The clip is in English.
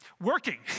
working